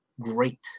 great